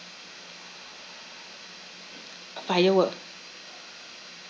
firework